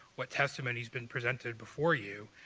what testimony's been presented before you,